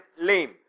lame